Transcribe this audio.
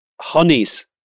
Honey's